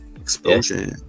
explosion